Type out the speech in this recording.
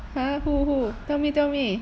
!huh! who who tell me tell me